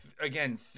again